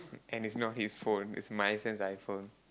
and it's not his phone it's Maison's iPhone